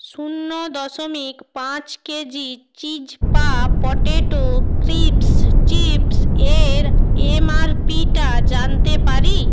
শূন্য দশমিক পাঁচ কেজি চিজপা পটেটো ক্রিপ্স চিপ্স এর এমআরপিটা জানতে পারি